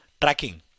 Tracking